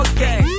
Okay